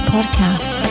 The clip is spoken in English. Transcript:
Podcast